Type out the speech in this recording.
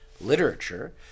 literature